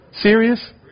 serious